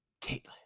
Caitlin